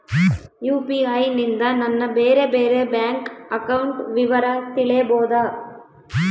UPI ನಿಂದ ನನ್ನ ಬೇರೆ ಬೇರೆ ಬ್ಯಾಂಕ್ ಅಕೌಂಟ್ ವಿವರ ತಿಳೇಬೋದ?